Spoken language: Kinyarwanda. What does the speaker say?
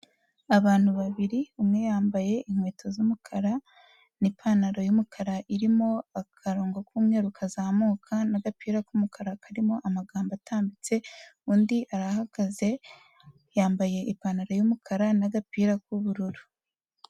Abantu babiri, umwe yambaye inkweto z'umukara n'ipantaro y'umukara irimo akarongo k'umweru kazamuka n'agapira k'umukara karimo amagambo atambitse, undi arahagaze, yambaye ipantaro y'umukara n'agapira k'ubururu.